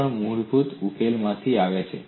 તે પણ આ મૂળભૂત ઉકેલમાંથી આવે છે